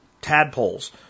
tadpoles